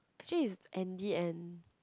actually is Andy and